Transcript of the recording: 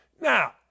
Now